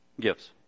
gifts